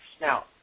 Now